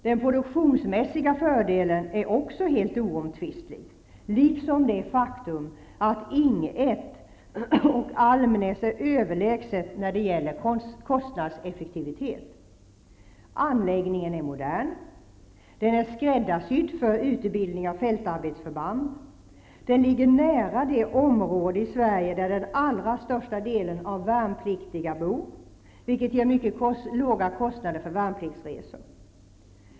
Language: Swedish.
Den produktionsmässiga fördelen är också helt oomtvistlig, liksom det faktum att Ing 1 och Almnäs är överlägset när det gäller kostnadseffektivitet. --Anläggningen är modern. --Den är skräddarsydd för utbildning av fältarbetsförband. --Den ligger nära det område i Sverige där den allra största delen av värnpliktiga bor, vilket ger mycket låga kostnader för värnpliksresor.